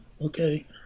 Okay